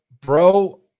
bro